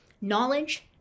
Knowledge